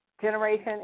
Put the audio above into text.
Generation